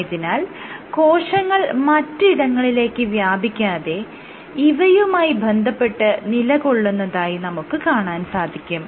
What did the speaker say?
ആയതിനാൽ കോശങ്ങൾ മറ്റിടങ്ങളിലേക്ക് വ്യാപിക്കാതെ ഇവയുമായി ബന്ധപ്പെട്ട് നിലകൊള്ളുന്നതായി നമുക്ക് കാണാൻ സാധിക്കും